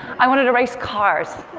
i wanted to race cars,